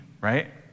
right